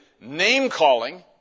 name-calling